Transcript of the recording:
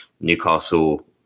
Newcastle